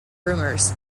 rumors